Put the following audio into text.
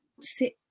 sit